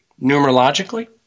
numerologically